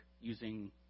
using